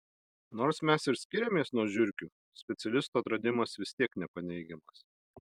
nors mes ir skiriamės nuo žiurkių specialistų atradimas vis tiek nepaneigiamas